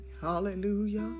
hallelujah